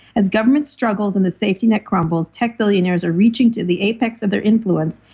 as government struggles and the safety net crumbles, tech billionaires are reaching to the apex of their influence.